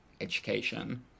education